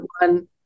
one